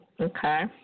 Okay